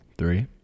three